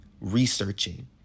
researching